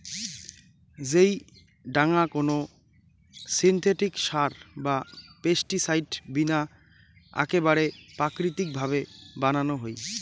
যেই ডাঙা কোনো সিনথেটিক সার বা পেস্টিসাইড বিনা আকেবারে প্রাকৃতিক ভাবে বানানো হই